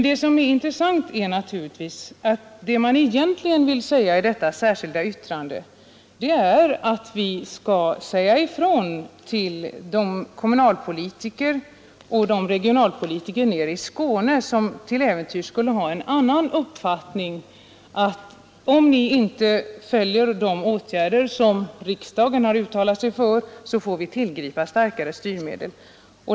Vad som är intressant är naturligtvis att det man särskilt vill framhålla i det särskilda yttrandet är att det skall sägas ifrån till de kommunalpolitiker och regionalpolitiker nere i Skåne som till äventyrs skulle ha en annan uppfattning, att ”om ni inte rättar er efter de åtgärder som riksdagen har uttalat sig för, får vi tillgripa starkare styrmedel”.